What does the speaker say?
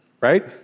right